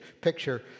picture